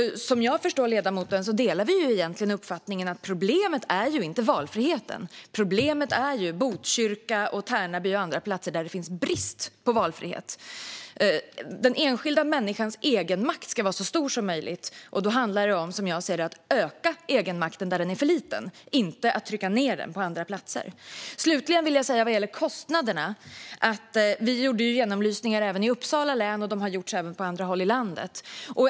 Som jag förstår ledamoten delar vi egentligen uppfattningen att problemet inte är valfriheten, utan problemet är att det i Botkyrka, Tärnaby och andra platser råder brist på valfrihet. Den enskilda människans egenmakt ska vara så stor som möjligt, och då handlar det, som jag ser det, om att öka egenmakten där den är för liten och inte att trycka ned den på andra platser. Slutligen vill jag säga vad gäller kostnaderna att vi gjorde genomlysningar även i Uppsala län, och det har gjorts även på andra håll i landet.